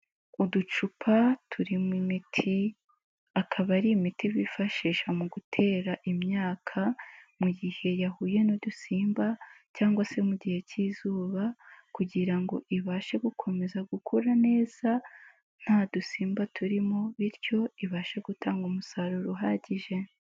Uducupa turimo imiti akaba ari imiti bifashisha mu gutera imyaka mu gihe yahuye n'udusimba cyangwa se mu gihe k'izuba kugira ngo ibashe gukomeza gukora neza nta dusimba turimo bityo ibashe gutanga umusaruro uhagije.